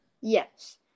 Yes